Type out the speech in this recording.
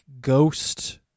ghost